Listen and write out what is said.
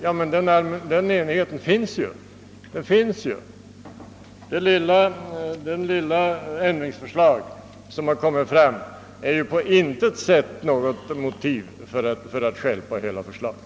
Ja, men den enigheten finns ju. Det lilla ändringsförslag som har framförts är ju på intet sätt något motiv för att stjälpa hela förslaget.